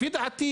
לפי דעתי